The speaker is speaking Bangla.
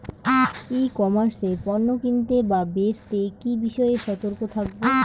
ই কমার্স এ পণ্য কিনতে বা বেচতে কি বিষয়ে সতর্ক থাকব?